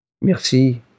Merci